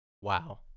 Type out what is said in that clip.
wow